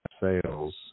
sales